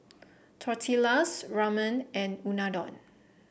Tortillas Ramen and Unadon